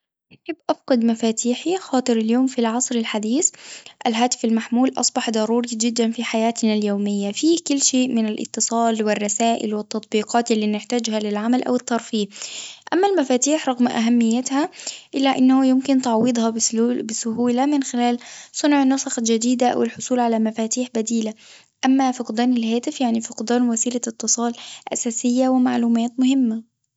نحب أفقد مفاتيحي خاطر اليوم في العصر الحديث الهاتف المحمول أصبح ضروري جدًا في حياتنا اليومية، في كل شيء من الاتصال والرسائل والتطبيقات اللي نحتاجها للعمل أو الترفيه، أما المفاتيح رغم أهميتها إلا إنه يمكن تعويضها بسهولة من خلال صنع نسخ جديدة أو الحصول على مفاتيح بديلة، أما فقدان الهاتف يعني فقدان وسيلة اتصال أساسية ومعلومات مهمة.